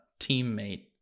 teammate